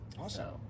Awesome